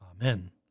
Amen